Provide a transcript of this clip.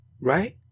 Right